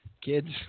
kids